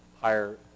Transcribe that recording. higher